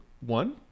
One